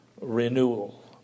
renewal